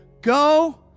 Go